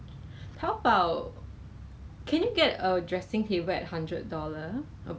所以做这个东西 hor actually 要有 feeling 要有那个 mood 才可以做到的